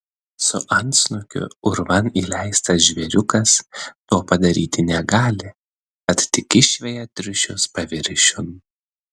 su antsnukiu urvan įleistas žvėriukas to padaryti negali tad tik išveja triušius paviršiun